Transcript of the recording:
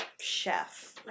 chef